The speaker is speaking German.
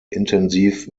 intensiv